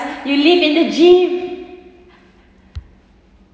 you live in the gym